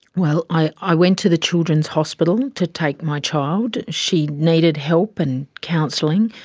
well, i i went to the children's hospital to take my child. she needed help and counselling.